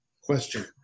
question